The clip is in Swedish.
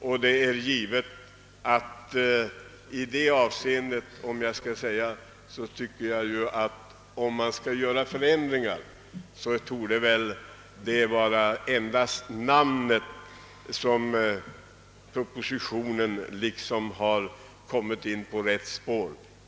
I fråga om föreslagna förändringar tycker jag att det endast är beträffande namnförslaget som propositionen har kommit in på rätt spår.